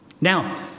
Now